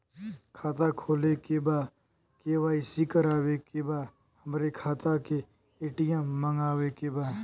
खाता खोले के बा के.वाइ.सी करावे के बा हमरे खाता के ए.टी.एम मगावे के बा?